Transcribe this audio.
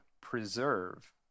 preserve